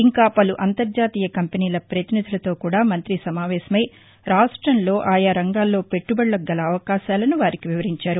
ఇంకా పలు అంతర్జాతీయ కంపెనీల పతినిధులతో కూడామంత్రి సమావేశమయ్య రాష్ట్రంలో ఆయా రంగాల్లో పెట్టుబడులకు గల అవకాశాలను వారికి వివరించారు